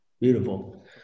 Beautiful